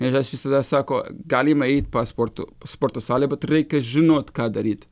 ir aš visada sako galime eiti pasportuo sporto salę bet reikia žinot ką daryt